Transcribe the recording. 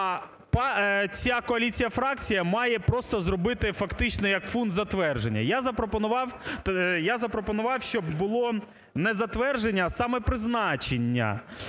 ця коаліція фракцій має просто зробити фактично як пункт затвердження. Я запропонував, щоб було не затвердження, а саме призначення.